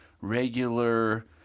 regular